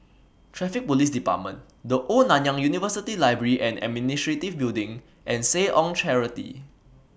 Traffic Police department The Old Nanyang University Library and Administration Building and Seh Ong Charity